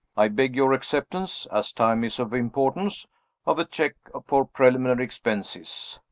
i beg your acceptance as time is of importance of a check for preliminary expenses,